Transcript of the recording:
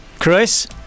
Chris